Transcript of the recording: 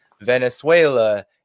Venezuela